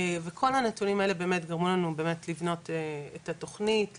וכל הנתונים האלה באמת גרמו לנו לבנות את התוכנית,